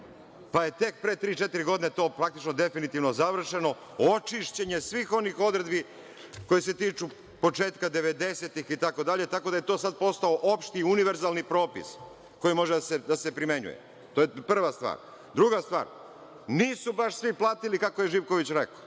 pa je tek pre tri, četiri godine to praktično definitivno završeno. Očišćen je svih onih odredbi koje se tiču početka devedesetih, itd. Tako da je to sad postao opšti, univerzalni propis koji može da se primenjuje. To je prva stvar. Druga stvar. Nisu baš svi platili, kako je Živković rekao.